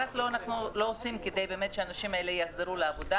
מה אנחנו לא עושים כדי שהאנשים האלה יחזרו לעבודה